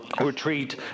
retreat